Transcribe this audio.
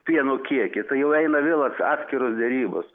pieno kiekį tai jau eina vėl ats atskiros derybos